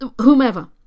whomever